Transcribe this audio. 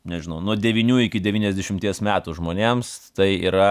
nežinau nuo devynių iki devyniasdešimties metų žmonėms tai yra